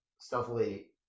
stealthily